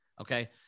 okay